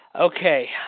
Okay